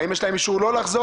האם יש להן אישור לא לחזור,